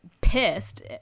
pissed